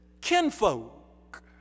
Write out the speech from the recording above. kinfolk